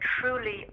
truly